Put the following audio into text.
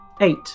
Eight